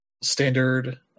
standard